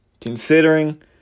considering